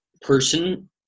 person